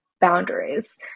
boundaries